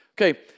Okay